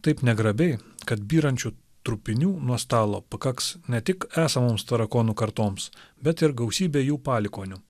taip negrabiai kad byrančių trupinių nuo stalo pakaks ne tik esamoms tarakonų kartoms bet ir gausybei jų palikuonių